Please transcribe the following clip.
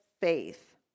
faith